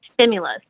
Stimulus